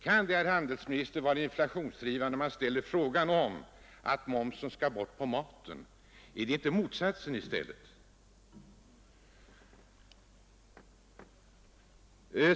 Kan det, herr handelsminister, vara inflationsdrivande, när man yrkar att momsen på maten skall bort? Är det inte motsatsen i stället?